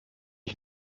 ich